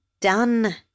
done